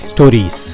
Stories